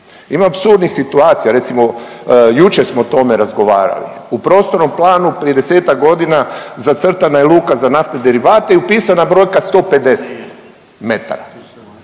Ima apsurdnih situacija, recimo jučer smo o tome razgovarali. U prostornom planu prije 10-ak godina zacrtana je luka za naftne derivate i upisana brojka 150 metara.